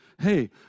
Hey